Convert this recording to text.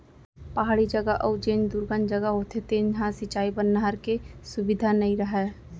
पहाड़ी जघा अउ जेन दुरगन जघा होथे तेन ह सिंचई बर नहर के सुबिधा नइ रहय